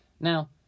Now